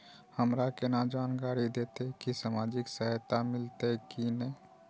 हमरा केना जानकारी देते की सामाजिक सहायता मिलते की ने?